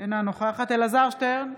אינה נוכחת אלעזר שטרן,